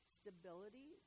Stability